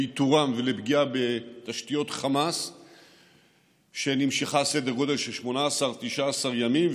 לאיתורם ולפגיעה בתשתיות חמאס שנמשכה סדר גודל של 19-18 ימים,